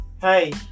Hey